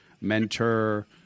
mentor